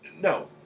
No